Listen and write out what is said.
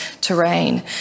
terrain